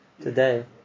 today